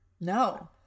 no